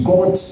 God